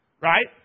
Right